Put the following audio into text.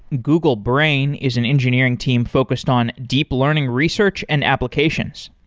google brain is an engineering team focused on deep learning research and applications.